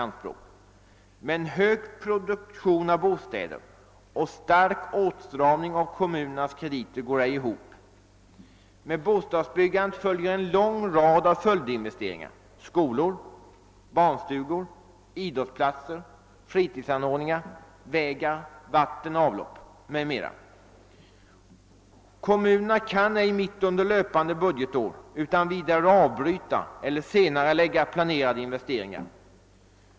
Men hög produktion av bostäder och stark åtstramning av kommunernas krediter går inte ihop. Med bostadsbyggandet följer en lång rad följdinvesteringar — skolor, barnstugor, idrottsplatser, fritidsanordningar, vägar, vatten, avlopp m.m. Kommunerna kan inte mitt under löpande budgetår utan vidare avbryta eller senarelägga planerade investeringar.